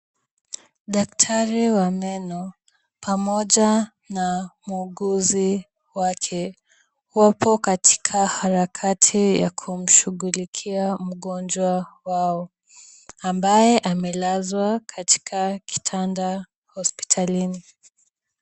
Daktari wa meno pamoja na muuguzi wake, wapo katika harakati ya kumshughulikia mgonjwa wao, ambaye amelazwa katika kitanda hospitalini.